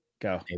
Go